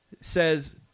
says